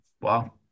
Wow